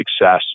success